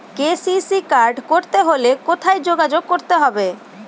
KCC card করতে হলে কোথায় যোগাযোগ করতে হবে?